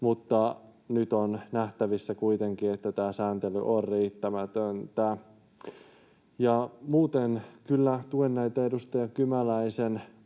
mutta nyt on nähtävissä kuitenkin, että tämä sääntely on riittämätöntä. Muuten kyllä tuen näitä edustaja Kymäläisen